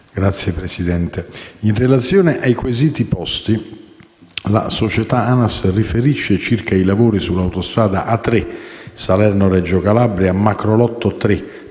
Signora Presidente, in relazione ai quesiti posti, la società ANAS riferisce circa i lavori sull'autostrada A3 Salerno-Reggio Calabria, macrolotto 3,